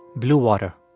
blue water